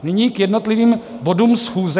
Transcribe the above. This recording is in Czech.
Nyní k jednotlivých bodům schůze.